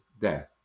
death